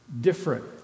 different